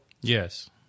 Yes